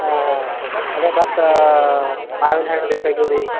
ಹಾಂ ಅದೆ ಮತ್ತೆ ಮಾವಿನ ಹಣ್ಣು ಬೇಕಾಗಿವೆ ರೀ